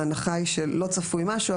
ההנחה היא שלא צפוי משהו,